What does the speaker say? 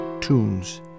tunes